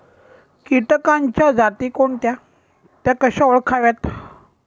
किटकांच्या जाती कोणत्या? त्या कशा ओळखाव्यात?